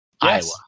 Iowa